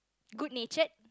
good natured